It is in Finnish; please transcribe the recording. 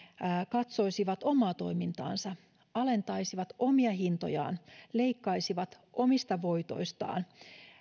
katsoisivat omaa toimintaansa alentaisivat omia hintojaan leikkaisivat omista voitoistaan